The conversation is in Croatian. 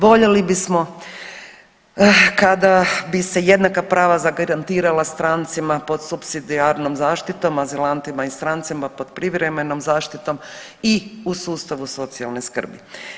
Voljeli bismo kada bi se jednaka prava zagarantirala strancima pod supsidijarnom zaštitom, azilantima i strancima pod privremenom zaštitom i u sustavu socijalne skrbi.